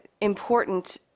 important